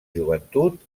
joventut